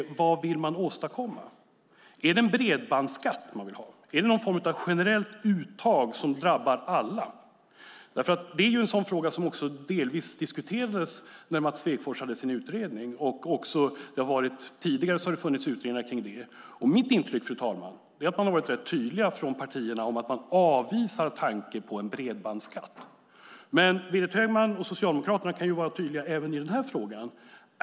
Vad vill man åstadkomma? Är det en bredbandsskatt man vill ha? Är det någon form av generellt uttag som drabbar alla? Det är en fråga som delvis diskuterades när Mats Svegfors hade sin utredning. Tidigare har det också funnits utredningar om det. Mitt intryck, fru talman, är att man har varit rätt tydlig från partierna om att man avvisar tanken på en bredbandsskatt. Men Berit Högman och Socialdemokraterna kan vara tydliga även i den här frågan.